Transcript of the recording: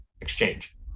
exchange